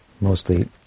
mostly